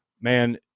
Man